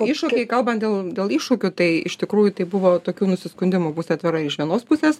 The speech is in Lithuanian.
iššūkiai kalbant dėl dėl iššūkių tai iš tikrųjų tai buvo tokių nusiskundimų būsiu atvira ir iš vienos pusės